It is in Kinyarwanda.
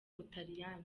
butaliyani